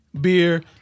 beer